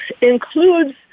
includes